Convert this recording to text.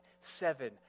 seven